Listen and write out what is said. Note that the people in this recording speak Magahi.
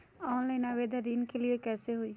ऑनलाइन आवेदन ऋन के लिए कैसे हुई?